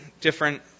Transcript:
different